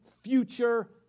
future